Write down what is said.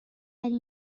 این